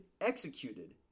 executed